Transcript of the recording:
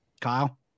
Kyle